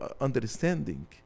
understanding